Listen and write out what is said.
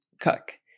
cook